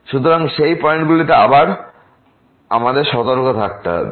সুতরাং সেই পয়েন্টগুলিতে আমাদের সতর্ক থাকতে হবে